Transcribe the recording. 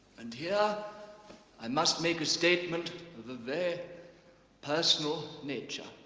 and here i must make a statement of a very personal nature.